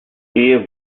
ehe